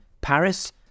Paris